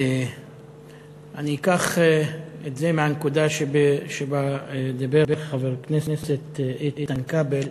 אני אקח את זה מהנקודה שבה דיבר חבר הכנסת איתן כבל,